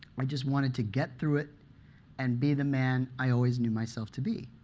i just wanted to get through it and be the man i always knew myself to be.